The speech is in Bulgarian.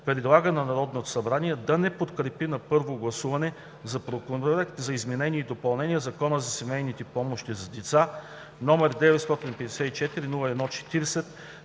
предлага на Народното събрание да не подкрепи на първо гласуване Законопроект за изменение и допълнение на Закона за семейни помощи за деца, № 954-01-40,